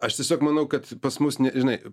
aš tiesiog manau kad pas mus ne žinai